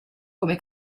come